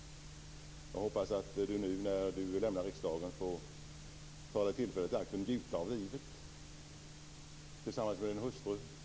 Jag hoppas att du nu när du lämnar riksdagen kan ta tillfället i akt och njuta av livet tillsammans med din hustru.